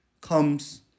comes